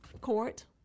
court